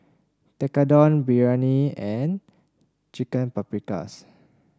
Tekkadon Biryani and Chicken Paprikas